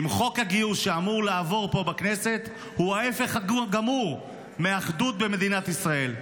אם חוק הגיוס שאמור לעבור פה בכנסת הוא ההפך הגמור מאחדות במדינת ישראל?